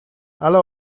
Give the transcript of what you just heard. ale